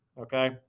okay